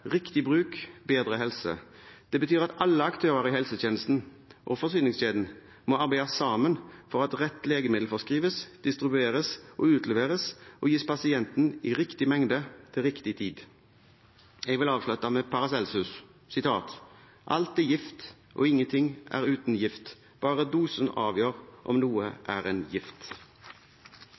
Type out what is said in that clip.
Riktig bruk – bedre helse. Det betyr at alle aktører i helsetjenesten og forsyningskjeden må arbeide sammen for at rett legemiddel forskrives, distribueres, utleveres og gis pasienten i riktig mengde til riktig tid. Jeg vil avslutte med Paracelsus: «Alt er gift og ingenting er uten gift; bare dosen avgjør om noe er en gift.»